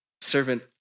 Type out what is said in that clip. servant